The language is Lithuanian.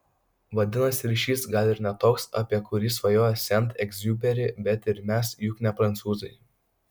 vadinasi ryšys gal ir ne toks apie kurį svajojo sent egziuperi bet ir mes juk ne prancūzai